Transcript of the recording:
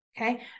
okay